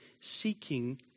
Seeking